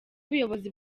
ubuyobozi